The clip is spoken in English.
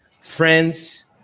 friends